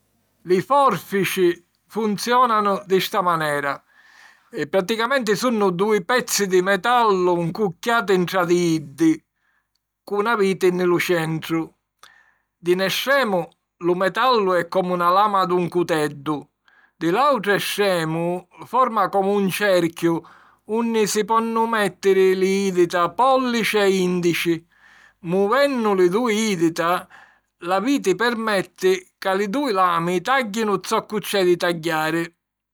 Li fòrfici funziònanu di sta manera: praticamenti sunnu dui pezzi di metallu ncucchiati ntra di iddi cu na viti nni lu centru. Di 'n estremu, lu metallu è comu na lama d'un cuteddu; di l'àutru estremu, forma comu un cerchiu unni si ponnu mèttiri li jìdita pòllici e ìndici. Muvennu li dui jìdita, la viti permetti ca li dui lami tàgghinu zoccu c'è di tagghiari.